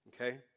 Okay